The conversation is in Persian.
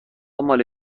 مال